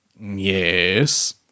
yes